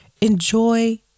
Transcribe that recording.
Enjoy